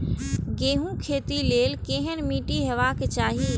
गेहूं के खेतीक लेल केहन मीट्टी हेबाक चाही?